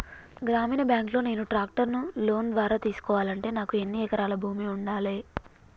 గ్రామీణ బ్యాంక్ లో నేను ట్రాక్టర్ను లోన్ ద్వారా తీసుకోవాలంటే నాకు ఎన్ని ఎకరాల భూమి ఉండాలే?